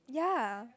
ya